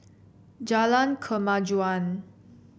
Jalan Kemajuan